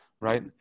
right